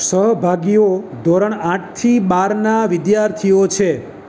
સહભાગીઓ ધોરણ આઠથી બારના વિદ્યાર્થીઓ છે